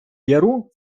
яру